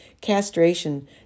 castration